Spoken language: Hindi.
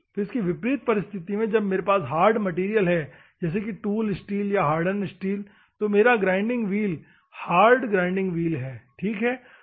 तो इसकी विपरीत स्थिति में जब मेरे पास हार्ड मैटेरियल जैसे कि टूल स्टील या हार्डन्ड स्टील है तो मेरा grinding wheel hard grinding wheel है ठीक है